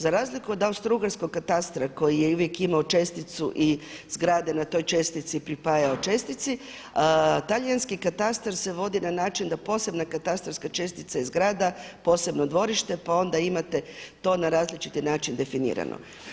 Za razliku od austrougarskog katastra koji je uvijek imao česticu i zgrade na toj čestici pripajaju čestici, talijanski katastar se vodi na način da posebna katastarska čestica i zgrada, posebno dvorište, pa onda imate to na različiti način definirano.